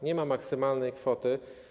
Nie ma maksymalnej kwoty.